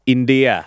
India